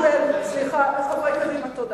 דוח-גולדסטון זה אחריות שלך, אישית וישירה.